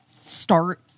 start